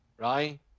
right